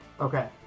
Okay